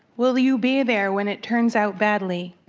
will you be there when it turns out badly?